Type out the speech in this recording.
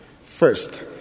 First